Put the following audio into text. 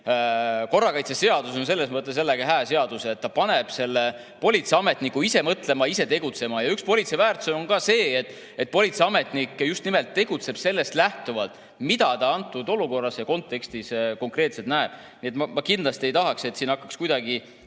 korrakaitseseadus on selles mõttes hea seadus, et see paneb konkreetse politseiametniku ise mõtlema, ise tegutsema. Üks politsei väärtusi ongi ka see, et politseiametnik just nimelt tegutseb sellest lähtuvalt, mida ta antud olukorras ja kontekstis konkreetselt näeb. Ma kindlasti ei tahaks, et siit hakkaks kuidagi